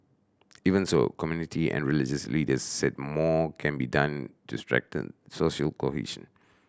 even so community and religious leaders said more can be done to strengthen social cohesion